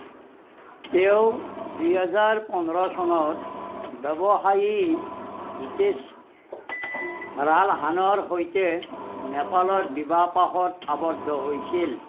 তেওঁ দুই হেজাৰ পোন্ধৰ চনত ব্যৱসায়ী হিতেশ ৰালহানৰ সৈতে নেপালত বিবাহপাশত আবদ্ধ হৈছিল